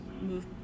move